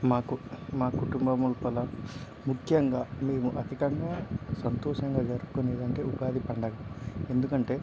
మాకు మా కుటుంబం లోపల ముఖ్యంగా మేము అధికంగా సంతోషంగా జరుపుకునేదంటే ఉగాది పండగ ఎందుకంటే